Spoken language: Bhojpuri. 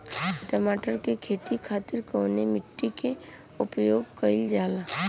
टमाटर क खेती खातिर कवने मिट्टी के उपयोग कइलजाला?